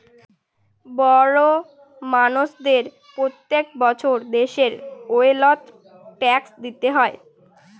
বড় মানষদের প্রত্যেক বছর দেশের ওয়েলথ ট্যাক্স দিতে হয়